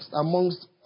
amongst